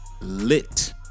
Lit